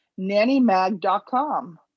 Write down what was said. NannyMag.com